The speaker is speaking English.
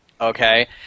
Okay